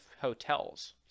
hotels